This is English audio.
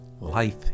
life